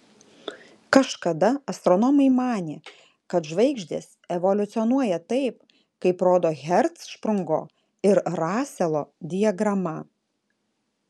kažkada astronomai manė kad žvaigždės evoliucionuoja taip kaip rodo hercšprungo ir raselo diagrama